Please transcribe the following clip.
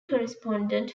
correspondent